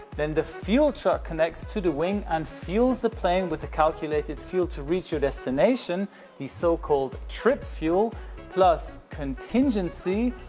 then, the fuel truck connects to the wing and fuels the plane with a calculated fuel to reach your destination the so called trip fuel plus contingency,